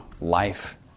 life